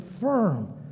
firm